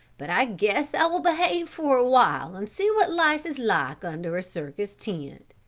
but i guess i will behave for awhile and see what life is like under a circus tent.